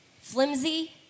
flimsy